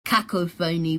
cacophony